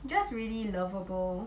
just really lovable